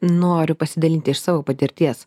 noriu pasidalinti iš savo patirties